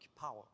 power